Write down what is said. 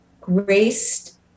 graced